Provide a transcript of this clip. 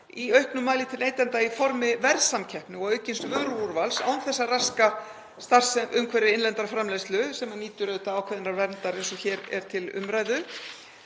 í auknum mæli til neytenda í formi verðsamkeppni og aukins vöruúrvals án þess að raska starfsumhverfi innlendrar framleiðslu sem nýtur auðvitað ákveðinnar verndar eins og hér er til umræðu.